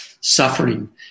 suffering